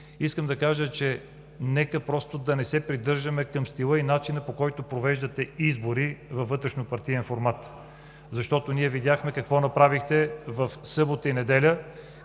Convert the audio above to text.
искам да кажа: нека да не се придържаме към стила и начина, по който провеждате избори във вътрешнопартиен формат. Видяхме какво направихте в събота и неделя,